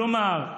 כלומר,